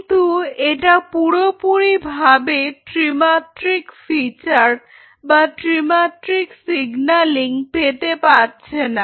কিন্তু এটা পুরোপুরি ভাবে ত্রিমাত্রিক ফিচার বা ত্রিমাত্রিক সিগনালিং পেতে পারছে না